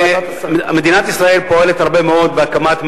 אבל כאשר השאלות נשאלות על-ידי חברי כנסת,